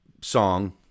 song